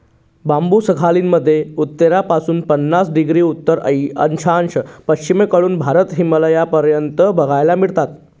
बांबु सखालीन मध्ये उत्तरेपासून पन्नास डिग्री उत्तर अक्षांश, पश्चिमेकडून भारत, हिमालयापर्यंत बघायला मिळतात